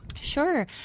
Sure